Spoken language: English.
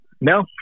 No